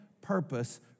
purpose